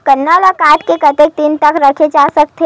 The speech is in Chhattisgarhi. गन्ना ल काट के कतेक दिन तक रखे जा सकथे?